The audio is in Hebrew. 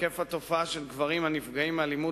היקף התופעה של גברים הנפגעים מאלימות